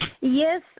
Yes